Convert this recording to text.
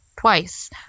twice